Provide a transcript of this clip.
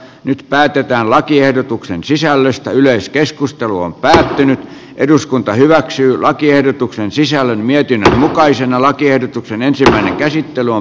nyt päätetään lakiehdotuksen sisällöstä yleiskeskustelu on lähtenyt eduskunta hyväksyi lakiehdotuksen sisällön mietinnön mukaisena lakiehdotuksen ensimmäinen käsittely on